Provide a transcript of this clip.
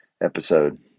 episode